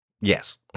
Yes